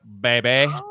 baby